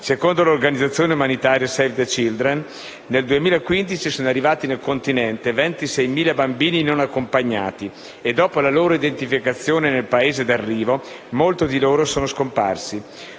Secondo l'organizzazione umanitaria Save the children, nel 2015 sono arrivati nel continente 26.000 bambini non accompagnati e, dopo la loro identificazione nel Paese d'arrivo, molti di loro sono scomparsi.